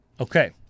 Okay